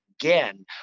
again